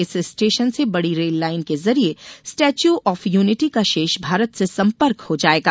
इस स्टेशन से बड़ी रेल लाईन के जरिए स्टेचू ऑफ यूनिटी का शेष भारत से संपर्क हो जायेगा